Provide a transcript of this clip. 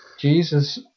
Jesus